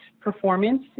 performance